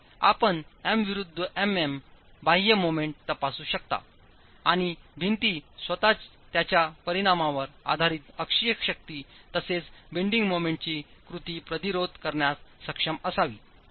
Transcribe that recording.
आणि आपण M विरुद्ध Mm बाह्य मोमेंट तपासू शकता आणि भिंतीस्वतः त्याच्या परिमाणांवर आधारित अक्षीय शक्ती तसेचबेंडिंग मोमेंट चीकृती प्रतिरोध करण्यास सक्षम असावी